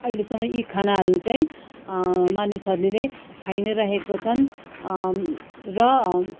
अहिलेसम्म यी खानाहरू चाहिँ मानिसहरूले खाई नै रहेका छन् र